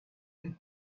que